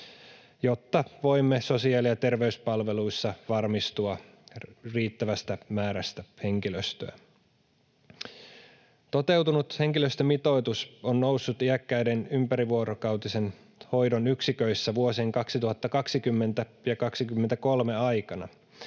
jotta voimme sosiaali‑ ja terveyspalveluissa varmistua riittävästä määrästä henkilöstöä. Toteutunut henkilöstömitoitus on noussut iäkkäiden ympärivuorokautisen hoidon yksiköissä vuosien 2020—2023 aikana.